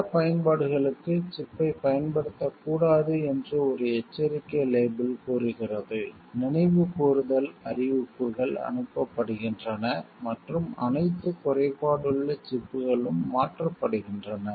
சில பயன்பாடுகளுக்கு சிப்பைப் பயன்படுத்தக்கூடாது என்று ஒரு எச்சரிக்கை லேபிள் கூறுகிறது நினைவுகூருதல் அறிவிப்புகள் அனுப்பப்படுகின்றன மற்றும் அனைத்து குறைபாடுள்ள சிப்புகளும் மாற்றப்படுகின்றன